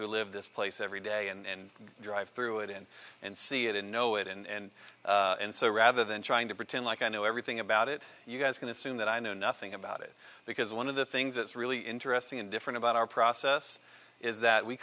who live this place every day and drive through it in and see it and know it and so rather than trying to pretend like i know everything about it you guys can assume that i know nothing about it because one of the things that's really interesting and different about our process is that we